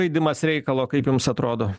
žaidimas reikalo kaip jums atrodo